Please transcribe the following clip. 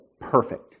perfect